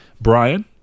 Brian